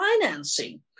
financing